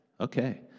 Okay